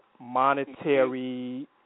monetary